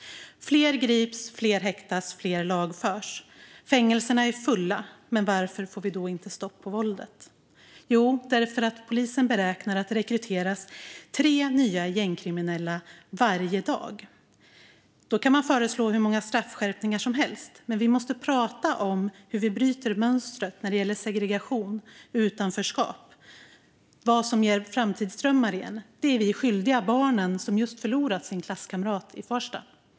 Fler grips, fler häktas och fler lagförs. Fängelserna är fulla. Varför får vi då inte stopp på våldet? Jo, därför att polisen beräknar att det rekryteras tre nya gängkriminella varje dag. Man kan föreslå hur många straffskärpningar som helst, men vi måste prata om hur vi bryter mönstret när det gäller segregation och utanförskap och om vad som ger framtidsdrömmar igen. Det är vi skyldiga barnen som just förlorat sin klasskamrat i Farsta.